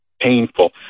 painful